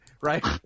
right